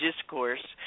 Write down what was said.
discourse